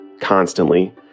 constantly